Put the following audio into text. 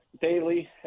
daily